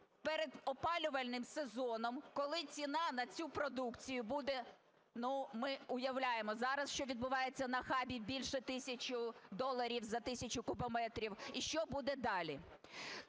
перед опалювальним сезоном, коли ціна на цю продукцію буде, ми уявляємо зараз, що відбувається на хабі, більше тисячу доларів за тисячу кубометрів, і що буде далі.